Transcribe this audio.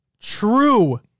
True